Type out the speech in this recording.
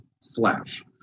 slash